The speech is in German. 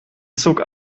zog